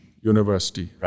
university